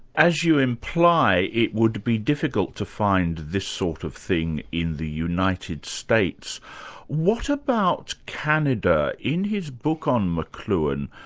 as you imply it would be difficult to find this sort of thing in the united states, but what about canada? in his book on mcluhan,